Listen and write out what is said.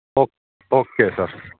O okay sir